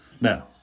Now